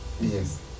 Yes